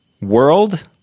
world